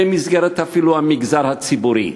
אפילו במסגרת המגזר הציבורי.